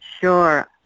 Sure